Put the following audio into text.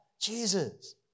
Jesus